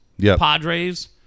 Padres